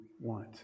want